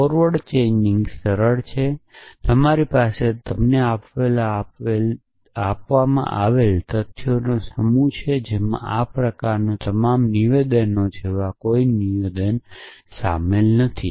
આગળ ચેઇનિંગ સરળ છે તમારી પાસે તમને આપવામાં આવેલા તથ્યોનો સમૂહ છે જેમાં આ પ્રકારના તમામ નિવેદનો જેવા કોઈ નિયમો અને નિવેદનો શામેલ નથી